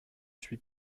suis